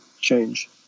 change